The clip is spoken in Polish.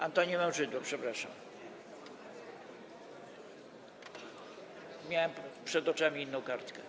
Antoni Mężydło, przepraszam, miałem przed oczami inną kartkę.